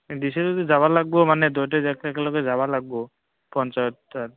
দিছে যদি যাব লাগিব মানে দুইটা একেলগে যাব লাগিব পঞ্চায়তৰ তাত